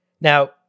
Now